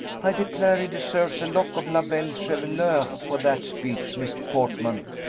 i declare he deserves a lock of la belle chevelure for that speech, miss portman,